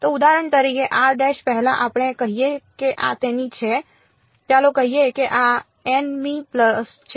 તો ઉદાહરણ તરીકે પહેલા આપણે કહીએ કે આ તેની છે ચાલો કહીએ કે આ nમી પલ્સ છે